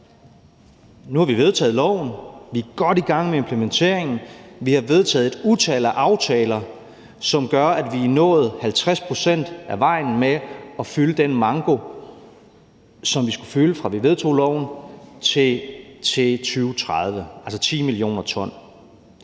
Nu har vi vedtaget loven, og vi er godt i gang med implementeringen. Vi har vedtaget et utal af ting og indgået aftaler, som gør, at vi er nået 50 pct. af vejen med at fylde den manko, som vi skulle fylde, fra vi vedtog loven og til 2030, og det er altså 10 mio. t.